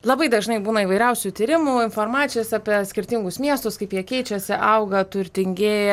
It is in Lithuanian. labai dažnai būna įvairiausių tyrimų informacijos apie skirtingus miestus kaip jie keičiasi auga turtingėja